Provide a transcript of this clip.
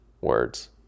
words